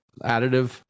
additive